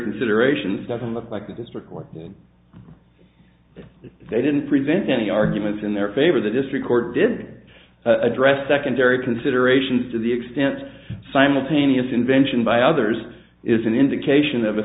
considerations doesn't look like a district court that they didn't prevent any arguments in their favor the district court did address secondary considerations to the extent simultaneous invention by others is an indication of a